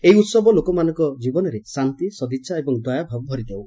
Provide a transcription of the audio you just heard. ଏହି ଉହବ ଲୋକମାନଙ୍କ ଜୀବନରେ ଶାନ୍ତି ସଦିଛା ଏବଂ ଦୟାଭାବ ଭରିଦେଉ